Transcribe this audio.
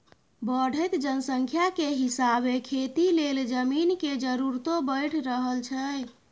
बढ़इत जनसंख्या के हिसाबे खेती लेल जमीन के जरूरतो बइढ़ रहल छइ